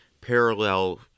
parallel